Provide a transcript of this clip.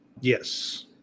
Yes